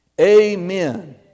Amen